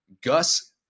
Gus –